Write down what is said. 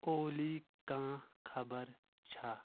اولی کانٛہہ خبر چھا